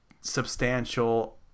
substantial